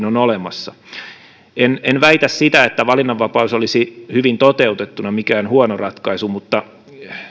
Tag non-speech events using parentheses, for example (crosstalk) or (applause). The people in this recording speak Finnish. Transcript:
(unintelligible) on olemassa varsinkin tämän valinnanvapauden osalta en väitä sitä että valinnanvapaus olisi hyvin toteutettuna mikään huono ratkaisu mutta